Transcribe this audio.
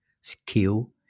skill